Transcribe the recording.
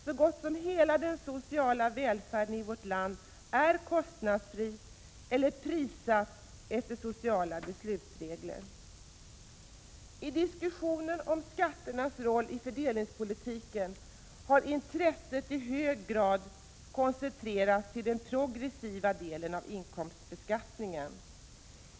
Så gott som hela den sociala välfärden i vårt land är kostnadsfri eller prissatt efter sociala beslutsregler. I diskussionen om skatternas roll i fördelningspolitiken har intresset i hög grad koncentrerats till den progressiva delen av inkomstbeskattningen.